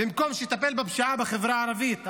במקום שיטפל בפשיעה הגואה בחברה הערבית,